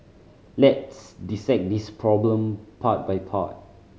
let's dissect this problem part by part